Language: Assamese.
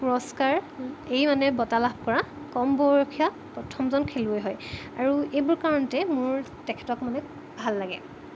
পুৰস্কাৰ এই মানে বঁটা লাভ কৰা কম বয়সীয়া প্ৰথমজন খেলুৱৈ হয় আৰু এইবোৰ কাৰণতে মোৰ তেখেতক মানে ভাল লাগে